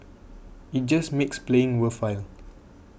it just makes playing worthwhile